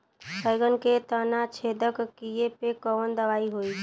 बैगन के तना छेदक कियेपे कवन दवाई होई?